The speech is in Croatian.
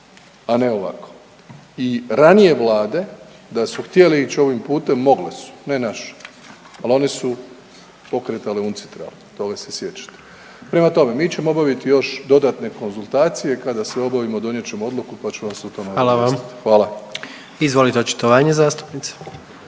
a ne ovako. I ranije vlade da su htjele ići ovim putem mogle su, ne naša, ali one su pokretale UNCITRAL toga se sjećate. Prema tome, mi ćemo obaviti još dodatne konzultacije, kada sve obavimo donijet ćemo odluku pa ćemo vas o tome obavijestiti. …/Upadica predsjednik: